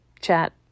chat